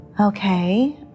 Okay